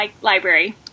library